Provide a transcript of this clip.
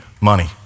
money